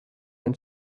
and